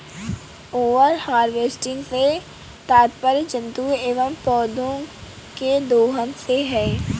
over harvesting से तात्पर्य जंतुओं एंव पौधौं के दोहन से है